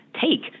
take